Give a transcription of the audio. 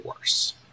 worse